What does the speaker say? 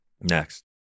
Next